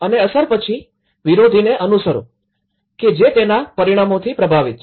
અને અસર પછી વિરોધીને અનુસરો કે જે તેના પરિણામોથી પ્રભાવિત છે